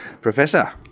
Professor